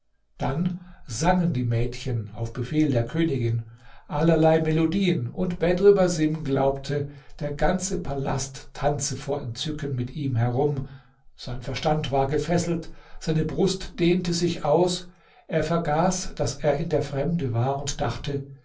dann sangen die mädchen auf befehl der königin allerlei melodien und bedr basim glaubte der ganze palast tanze vor entzücken mit ihm herum sein verstand war gefesselt seine brust dehnte sich aus er vergaß daß er in der fremde war und dachte